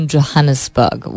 Johannesburg